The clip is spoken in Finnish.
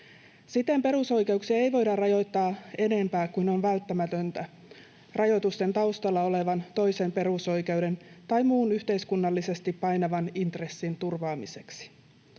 Siten perusoikeuksia ei voida rajoittaa enempää kuin on välttämätöntä rajoitusten taustalla olevan toisen perusoikeuden tai muun yhteiskunnallisesti painavan intressin turvaamiseksi.